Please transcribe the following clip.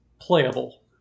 playable